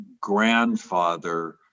grandfather